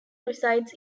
resides